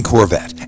Corvette